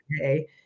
okay